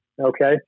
okay